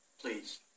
please